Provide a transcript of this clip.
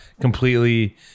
completely